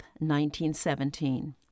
1917